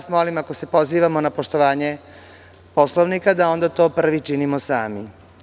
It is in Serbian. Molim vas ako se pozivamo na poštovanje Poslovnika da onda to prvi činimo sami.